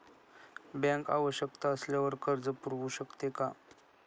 Bank आवश्यकता असल्यावर कर्ज पुरवू शकते का?